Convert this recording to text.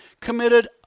committed